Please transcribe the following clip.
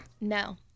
no